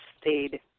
stayed